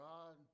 God